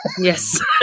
Yes